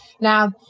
Now